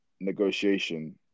negotiation